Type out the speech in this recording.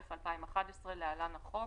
התשע"א-2011 (להלן החוק),